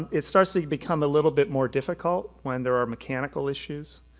it starts to become a little bit more difficult when there are mechanical issues,